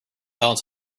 balance